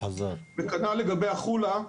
כנ"ל לגבי החולה,